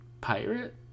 Pirate